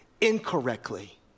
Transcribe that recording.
incorrectly